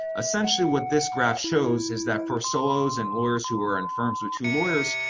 essentially what this graph shows is that for solos and lawyers who are in firms with two lawyers,